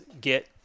get